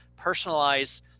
personalize